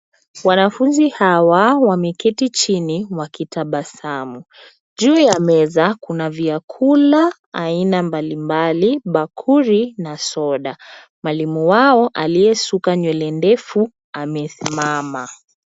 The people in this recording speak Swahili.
Wanafunzi hawa wameketi chini wakitabasamu. Juu ya meza kuna vyakula aina mbali mbali, bakuli, na soda. Mwalimu wao aliyesuka nywele ndefu, amesimama.